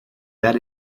that